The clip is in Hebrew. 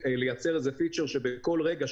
צמיגים זה הדבר הכי חשוב בכל כלי רכב,